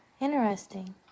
Interesting